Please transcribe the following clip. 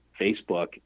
Facebook